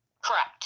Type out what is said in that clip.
Correct